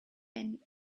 and